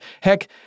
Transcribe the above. Heck